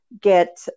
get